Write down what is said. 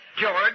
George